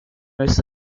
most